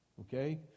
Okay